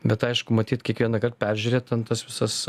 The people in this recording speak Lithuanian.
bet aišku matyt kiekvienąkart peržiūrėt ten tas visas